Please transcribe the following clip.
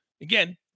again